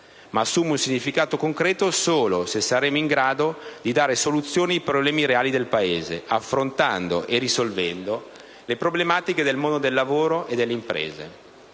ma assume un significato concreto solo se saremo in grado di dare soluzioni ai problemi reali del Paese, affrontando e risolvendo le problematiche del mondo del lavoro e delle imprese.